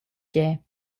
gie